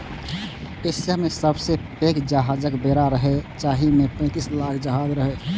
Asia मे सबसं पैघ जहाजक बेड़ा रहै, जाहि मे पैंतीस लाख जहाज रहै